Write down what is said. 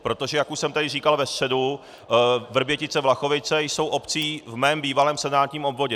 Protože, jak už jsem tady říkal ve středu, VrběticeVlachovice jsou obcí v mém bývalém senátním obvodě.